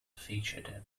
featured